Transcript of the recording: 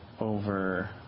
over